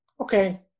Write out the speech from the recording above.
okay